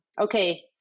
Okay